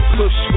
push